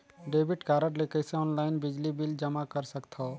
Debit card ले कइसे online बिजली बिल जमा कर सकथव?